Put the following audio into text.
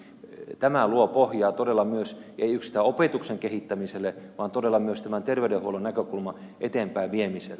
tämä luo pohjaa todella ei yksistään opetuksen kehittämiselle vaan myös terveydenhuollon näkökulman eteenpäinviemiselle